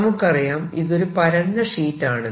നമുക്കറിയാം ഇതൊരു പരന്ന ഷീറ്റ് ആണെന്ന്